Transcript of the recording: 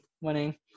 winning